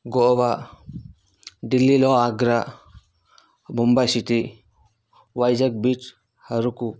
గోవా డిల్లీలో Agra Mumbai city Vizag beach Araku